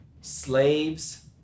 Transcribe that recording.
slaves